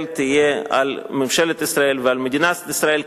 תהיה על ממשלת ישראל ועל מדינת ישראל.